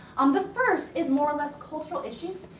um the first is more or less cultural issues.